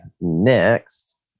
next